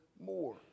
more